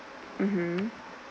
mmhmm